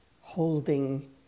holding